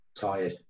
tired